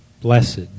blessed